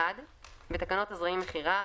בתקנות הזרעים (מכירה),